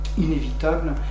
inévitable